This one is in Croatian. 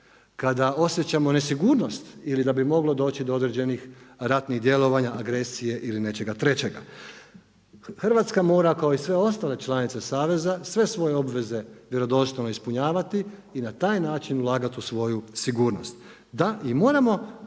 kada osjećamo nesigurnost ili da bi moglo doći do određenih ratnih djelovanja, agresije ili nečega trećega. Hrvatska mora kao i sve ostale članice saveza, sve svoje obveze vjerodostojno ispunjavati i na taj način ulagati u svoju sigurnost. Da, i moramo